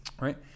right